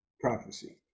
prophecy